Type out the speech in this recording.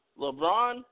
LeBron